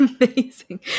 amazing